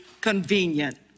convenient